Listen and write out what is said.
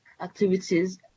activities